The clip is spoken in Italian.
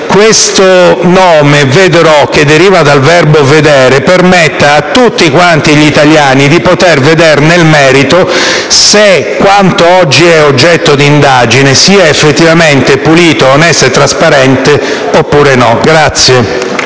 questo nome «VeDrò», che deriva dal verbo «vedere», permetta a tutti quanti gli italiani di poter vedere nel merito se quanto oggi è oggetto di indagine sia effettivamente pulito, onesto e trasparente, oppure no.